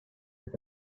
with